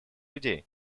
людей